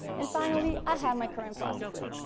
and finally, i have my current processes,